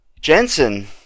Jensen